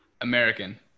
American